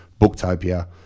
Booktopia